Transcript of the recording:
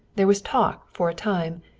there was talk, for a time,